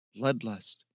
Bloodlust